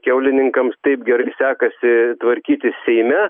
kiaulininkams taip gerai sekasi tvarkytis seime